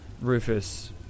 Rufus